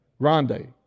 Grande